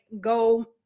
go